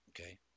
Okay